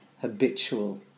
habitual